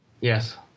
Yes